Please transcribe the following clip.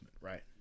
right